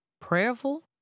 prayerful